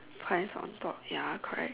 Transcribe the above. five on top ya correct